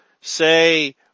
say